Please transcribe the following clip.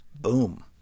Boom